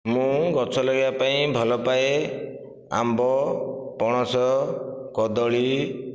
ମୁଁ ଗଛ ଲଗାଇବା ପାଇଁ ଭଲ ପାଏ ଆମ୍ବ ପଣସ କଦଳୀ